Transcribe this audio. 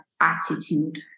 attitude